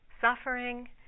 suffering